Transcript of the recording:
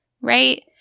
right